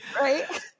right